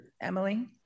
Emily